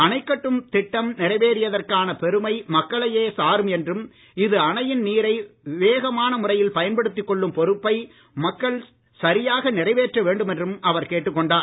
அணைக்கட்டு திட்டம் நிறைவேறியதற்கான பெருமை மக்களையே சாரும் என்றும் இது அணையின் நீரை விவேகமான முறையில் பயன்படுத்திக் கொள்ளும் பொறுப்பை மக்கள் சரியாக நிறைவேற்ற வேண்டும் என்றும் அவர் கேட்டுக் கொண்டார்